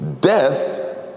Death